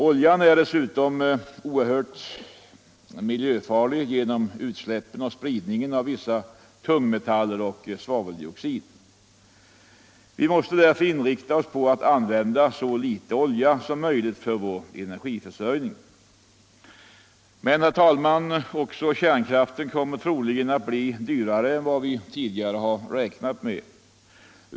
Oljan är dessutom oerhört miljöfarlig genom utsläppen och spridningen av vissa tungmetaller och svaveldioxid. Vi måste därför inrikta oss på att använda så litet olja som möjligt för vår energiförsörjning. Men, herr talman, också kärnkraften kommer troligen att bli dyrare än vad vi tidigare räknat med.